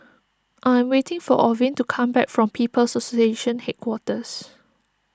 I am waiting for Orvin to come back from People's Association Headquarters